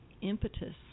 impetus